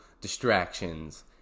distractions